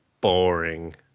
Boring